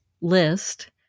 list